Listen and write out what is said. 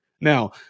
Now